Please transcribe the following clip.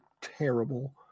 terrible